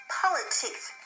politics